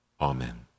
Amen